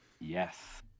Yes